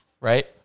right